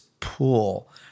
pool